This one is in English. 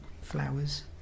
flowers